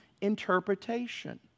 interpretation